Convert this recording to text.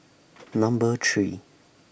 Number three